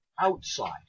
outside